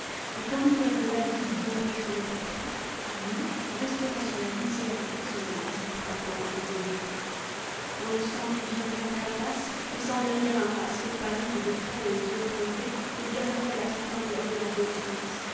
et quand l'hiver de la vie viendrait sur le portrait lui resterait sur la lisière frissonnante du printemps et de l'été quand le sang lui viendrait à la face laissant derrière un masque pallide de craie aux yeux plombés il garderait la splendeur de l'adolescence